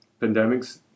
pandemics